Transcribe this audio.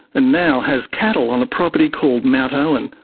and now has cattle on a property called mount owen,